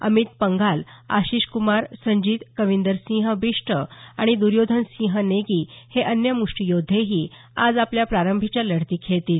अमित पंघाल आशीष कुमार संजीत कविंदर सिंह बिष्ट आणि दुर्योधन सिंह नेगी हे अन्य मुष्टीयोद्वेही आज आपल्या प्रारंभीच्या लढती खेळतील